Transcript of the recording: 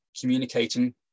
communicating